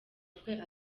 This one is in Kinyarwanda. kwe